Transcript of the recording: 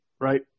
right